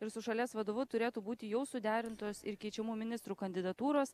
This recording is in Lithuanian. ir su šalies vadovu turėtų būti jau suderintos ir keičiamų ministrų kandidatūros